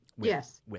Yes